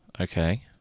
Okay